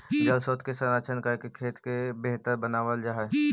जलस्रोत के संरक्षण करके खेत के बेहतर बनावल जा हई